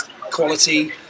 quality